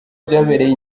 byabereye